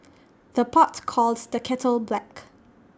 the pot calls the kettle black